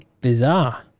bizarre